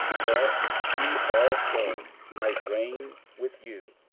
that we also might reign with you.